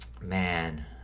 man